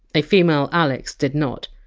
a female alex did not.